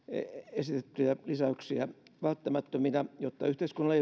esitettyjä lisäyksiä välttämättöminä jotta yhteiskunnalle